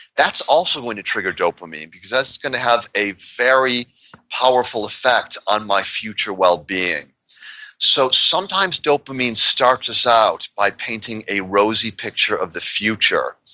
that's also going to trigger dopamine, because that's going to have a very powerful effect on my future wellbeing so, sometimes dopamine starts us out by painting a rosy picture of the future,